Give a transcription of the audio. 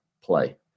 play